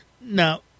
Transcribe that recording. Now